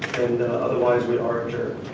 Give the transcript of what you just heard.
and, ah, otherwise, we are adjourned.